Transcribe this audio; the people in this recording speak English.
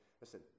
Listen